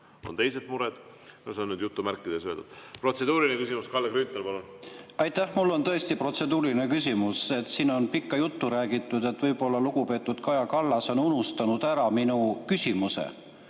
on teisi muresid. No see on nüüd jutumärkides öeldud. Protseduuriline küsimus, Kalle Grünthal, palun! Aitäh! Mul on tõesti protseduuriline küsimus. Siin on pikka juttu räägitud, seetõttu on lugupeetud Kaja Kallas ehk unustanud ära minu küsimuse.